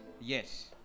Yes